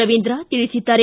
ರವೀಂದ್ರ ತಿಳಿಸಿದ್ದಾರೆ